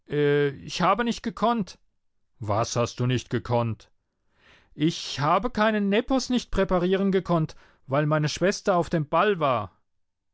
ich habe nicht gekonnt was hast du nicht gekonnt ich habe keinen nepos nicht präparieren gekonnt weil meine schwester auf dem ball war